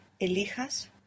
elijas